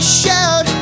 shout